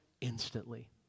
instantly